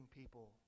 people